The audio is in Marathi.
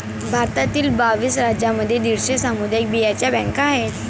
भारतातील बावीस राज्यांमध्ये दीडशे सामुदायिक बियांचे बँका आहेत